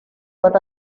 but